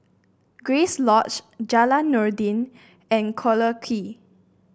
Grace Lodge Jalan Noordin and Collyer Quay